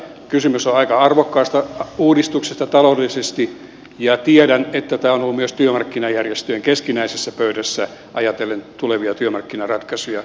kysymys on aika arvokkaasta uudistuksesta taloudellisesti ja tiedän että tämä on ollut myös työmarkkinajärjestöjen keskinäisessä pöydässä ajatellen tulevia työmarkkinaratkaisuja